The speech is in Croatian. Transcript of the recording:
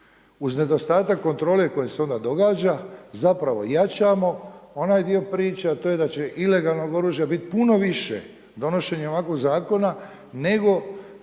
uz nedostatak kontrole koja se onda događa. Zapravo, jačamo onaj dio priče, a to je da će ilegalnog oružja biti puno više donošenjem ovakvog zakona nego